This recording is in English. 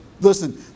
Listen